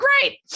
great